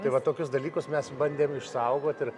tai va tokius dalykus mes bandėm išsaugot ir